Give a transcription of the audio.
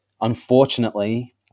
Unfortunately